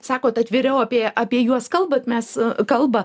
sakot atviriau apie apie juos kalbat mes kalba